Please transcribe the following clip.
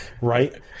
right